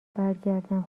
برگردم